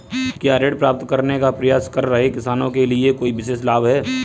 क्या ऋण प्राप्त करने का प्रयास कर रहे किसानों के लिए कोई विशेष लाभ हैं?